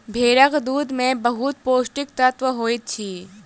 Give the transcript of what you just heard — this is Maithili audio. भेड़क दूध में बहुत पौष्टिक तत्व होइत अछि